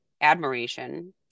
admiration